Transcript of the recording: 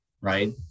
right